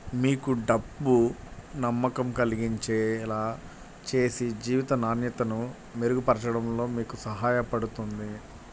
మీకు డబ్బు నమ్మకం కలిగించేలా చేసి జీవిత నాణ్యతను మెరుగుపరచడంలో మీకు సహాయపడుతుంది